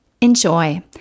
Enjoy